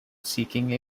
seeking